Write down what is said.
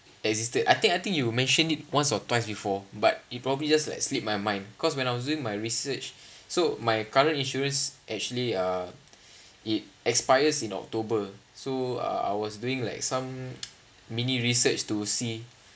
existed I think I think you mentioned it once or twice before but it probably just like slipped my mind cause when I was doing my research so my current insurance actually uh it expires in october so uh I was doing like some mini research to see